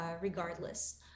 regardless